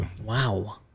Wow